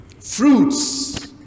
fruits